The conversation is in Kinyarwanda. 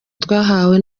twahawe